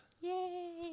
yay